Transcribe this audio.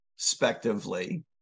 respectively